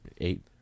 eight